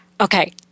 okay